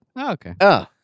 Okay